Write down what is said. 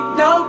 no